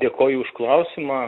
dėkoju už klausimą